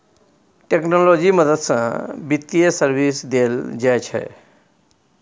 technology मदद सँ बित्तीय सर्विस देल जाइ छै